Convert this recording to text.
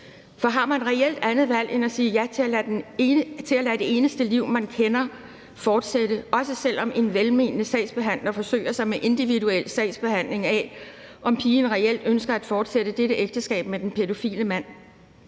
For har man reelt andet valg end at sige ja til at lade det eneste liv, man kender, fortsætte, også selv om en velmenende sagsbehandler forsøger sig med individuel sagsbehandling af, om pigen reelt ønsker at fortsætte dette ægteskab med den pædofile mand?